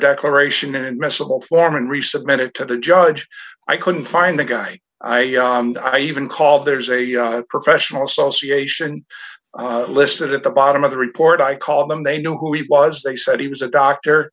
declaration admissible form and resubmit it to the judge i couldn't find the guy i i even called there's a professional association listed at the bottom of the report i call them they know who he was they said he was a doctor